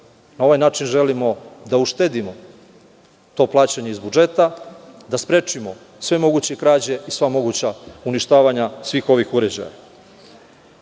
Na ovaj način želimo da uštedimo to plaćanje iz budžeta, da sprečimo sve moguće krađe i sva moguća uništavanja svih ovih